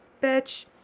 bitch